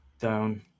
down